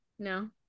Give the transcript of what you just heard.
no